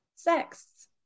sex